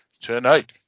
tonight